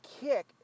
kick